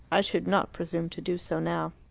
i should not presume to do so now.